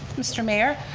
mr. mayor.